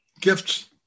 gifts